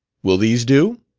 will these do